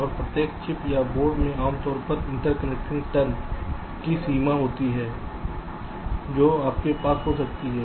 और प्रत्येक चिप या बोर्ड में आमतौर पर इंटरकनेक्टिंग टर्म की संख्या की सीमा होती है जो आपके पास हो सकती है